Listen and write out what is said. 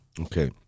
Okay